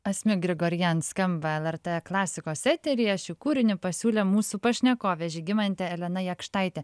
asmik grigorian skamba lrt klasikos eteryje šį kūrinį pasiūlė mūsų pašnekovė žygimantė elena jakštaitė